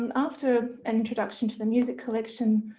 and after an introduction to the music collection,